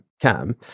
cam